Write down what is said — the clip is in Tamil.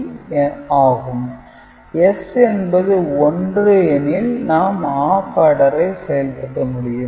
B' Y1 A B' S என்பது 1 எனில் நாம் ஆப் ஆடரை செயல்படுத்த முடியும்